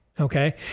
Okay